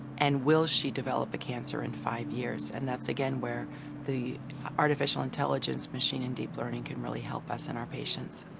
and will she develop a cancer in five years? and that's, again, where the artificial intelligence, machine and deep learning can really help us and our patients.